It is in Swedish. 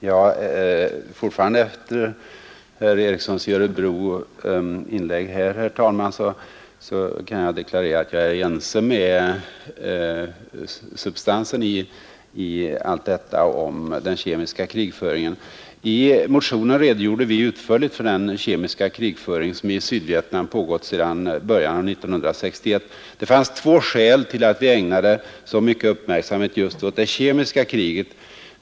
Herr talman! Jag kan efter herr Ericsons i Örebro anförande fortfarande deklarera att jag har samma uppfattning beträffande substansen i allt som i detta sammanhang sagts om den kemiska krigföringen. I motionen redogjorde vi utförligt för den kemiska krigföring som i Sydvietnam pågått sedan början av 1961. Det fanns två skäl till att vi ägnade så stor uppmärksamhet åt det kemiska kriget.